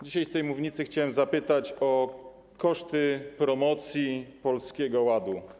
Dzisiaj z tej mównicy chciałem zapytać o koszty promocji Polskiego Ładu.